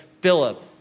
Philip